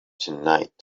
tonight